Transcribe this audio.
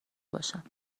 باشم